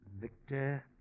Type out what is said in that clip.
Victor